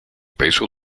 peso